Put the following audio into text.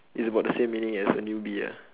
is about the same meaning as a newbie ya